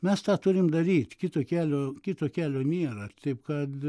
mes tą turim daryt kito kelio kito kelio nėra taip kad